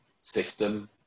system